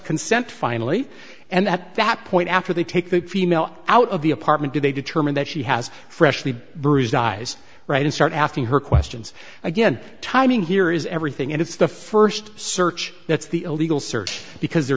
consent finally and at that point after they take the female out of the apartment do they determine that she has freshly bruised eyes right and start asking her questions again timing here is everything and it's the first search that's the illegal search because there